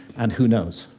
and who knows,